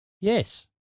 Yes